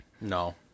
No